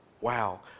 Wow